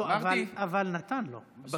לא, אבל נתן לו.